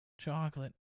Chocolate